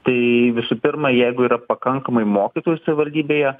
tai visų pirma jeigu yra pakankamai mokytojų savivaldybėje